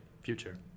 future